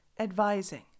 advising